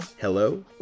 hello